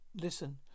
Listen